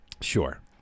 Sure